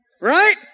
Right